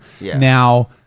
Now